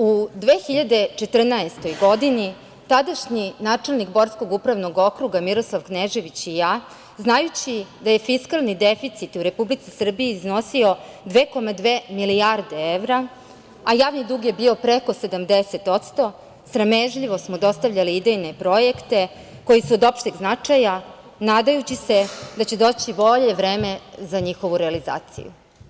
U 2014. godini, tadašnji načelnik Borskog upravnog okruga, Miroslav Knežević i ja, znajući da je fiskalni deficit u Republici Srbiji iznosio 2,2 milijarde evra, a javni dug je bio preko 70%, sramežljivo smo dostavljali idejne projekte koji su od opšteg značaja, nadajući se da će doći bolje vreme za njihovu realizaciju.